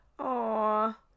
Aw